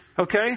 Okay